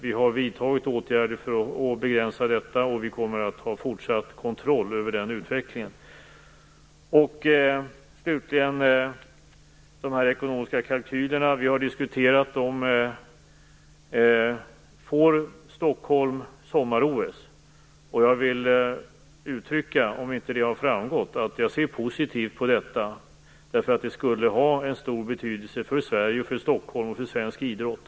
Vi har vidtagit åtgärder för att begränsa detta, och vi kommer att ha fortsatt kontroll över den utvecklingen. Vi har diskuterat de ekonomiska kalkylerna. Om det inte har framgått så vill jag uttrycka att jag ser positivt på att Stockholm får sommar-OS. Det skulle nämligen ha stor betydelse för Sverige, för Stockholm och för svensk idrott.